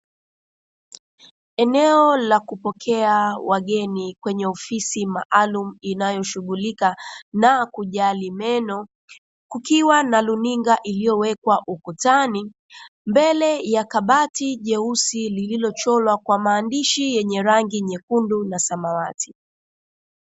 Eneo la kupokea wageni kwenye ofisi maalumu inayoshughulika na kujali meno, kukiwa na luninga iliyowekwa ukutani mbele ya kabati jeusi lililochorwa kwa maandishi yenye rangi nyekundu na samawati.